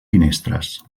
finestres